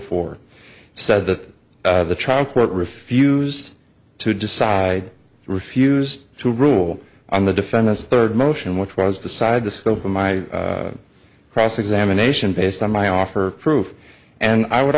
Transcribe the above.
four said that the trial court refused to decide refused to rule on the defendant's third motion which was decide the scope of my cross examination based on my offer proof and i would